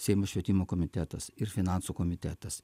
seimo švietimo komitetas ir finansų komitetas